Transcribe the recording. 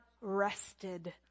rested